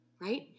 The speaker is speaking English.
right